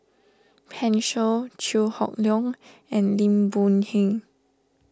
Pan Shou Chew Hock Leong and Lim Boon Heng